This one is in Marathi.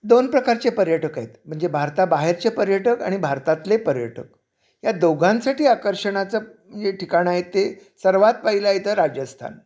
दोन प्रकारचे पर्यटक आहेत म्हणजे भारताबाहेरचे पर्यटक आणि भारतातले पर्यटक या दोघांसाठी आकर्षणाचं जे ठिकाणं आहे ते सर्वात पहिला येतं राजस्थान